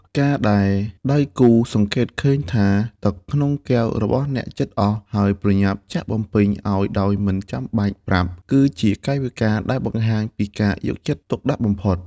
ការដែលដៃគូសង្កេតឃើញថាទឹកក្នុងកែវរបស់អ្នកជិតអស់ ហើយប្រញាប់ចាក់បំពេញឱ្យដោយមិនចាំបាច់ប្រាប់ គឺជាកាយវិការដែលបង្ហាញពីការយកចិត្តទុកដាក់បំផុត។